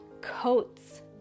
coats